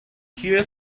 here